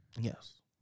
Yes